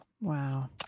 Wow